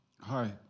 Hi